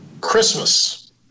christmas